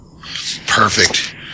Perfect